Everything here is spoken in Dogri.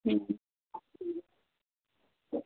हूं